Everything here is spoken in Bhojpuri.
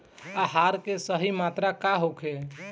आहार के सही मात्रा का होखे?